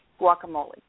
guacamole